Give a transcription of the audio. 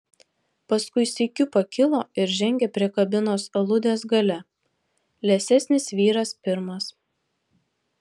paskui sykiu pakilo ir žengė prie kabinos aludės gale liesesnis vyras pirmas